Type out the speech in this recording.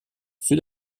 sud